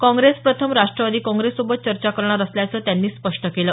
काँग्रेस प्रथम राष्ट्रवादी काँग्रेससोबत चर्चा करणार असल्याचं त्यांनी स्पष्ट केलं